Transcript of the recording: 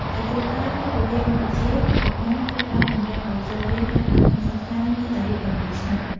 ជាទូទៅ នៅប្រទេសកម្ពុជាកុមារត្រូវបានតម្រូវឲ្យចូលរៀនថ្នាក់បឋមសិក្សានៅអាយុ ៦ឆ្នាំ។